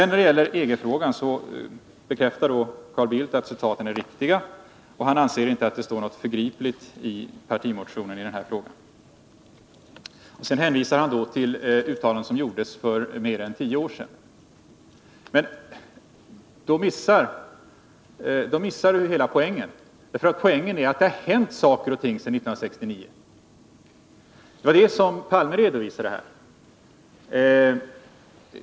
När det gäller EG bekräftar Carl Bildt att mina citat är riktiga. Han anser dock att det inte står något förgripligt i partimotionen i denna fråga. Carl Bildt hänvisar till uttalanden som gjorts för mer än tio år sedan. Men då missar han hela poängen. Poängen är ju att det har hänt saker och ting sedan 1969. Detta redovisade Olof Palme.